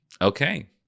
okay